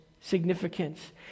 significance